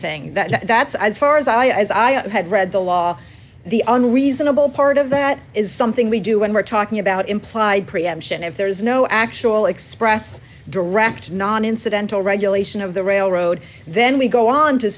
thing that's as far as i i as i had read the law the only reasonable part of that is something we do when we're talking about implied preemption if there is no actual express direct non incidental regulation of the railroad then we go on to